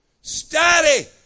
Study